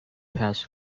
patch